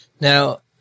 Now